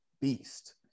beast